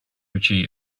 richie